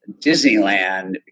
Disneyland